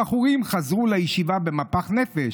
הבחורים חזרו לישיבה במפח נפש,